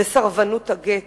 וסרבנות הגט,